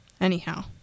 anyhow